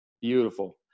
Beautiful